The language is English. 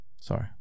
Sorry